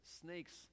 snakes